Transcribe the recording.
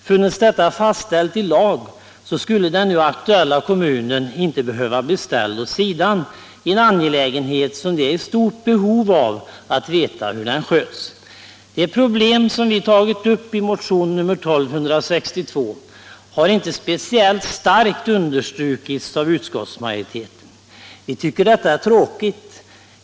Funnes detta fastställt i lag skulle den nu aktuella kommunen inte behöva bli ställd åt sidan i en angelägenhet där den är i stort behov av insyn. De problem som vi har tagit upp i motionen 1262 har inte speciellt starkt understrukits av utskottsmajoriteten. Vi tycker att detta är tråkigt.